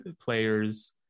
players